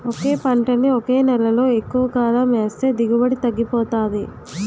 ఒకే పంటని ఒకే నేలలో ఎక్కువకాలం ఏస్తే దిగుబడి తగ్గిపోతాది